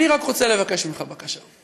אני רק רוצה לבקש ממך בקשה,